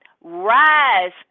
rise